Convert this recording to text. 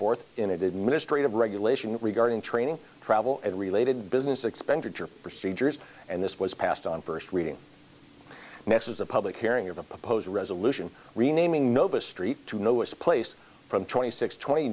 forth in administrative regulation regarding training travel and related business expenditure procedures and this was passed on first reading next is a public hearing of a proposed resolution renaming novus street to know its place from twenty six twenty